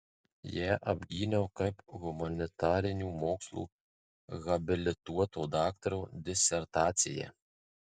ją apgyniau kaip humanitarinių mokslų habilituoto daktaro disertaciją